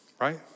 right